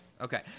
okay